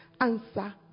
answer